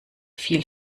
fiel